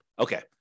Okay